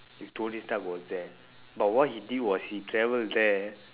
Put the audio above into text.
if tony stark was there but what he did was he travel there